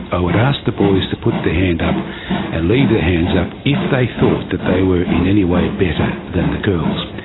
i would ask the boys to put their hand up and leave their hands up if they thought that they were in any way better than the girls.